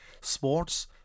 sports